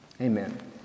Amen